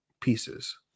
pieces